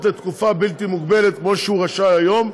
לתקופה בלתי מוגבלת כמו שהוא רשאי היום,